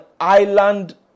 island